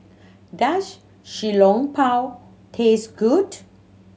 does Xiao Long Bao taste good